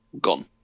gone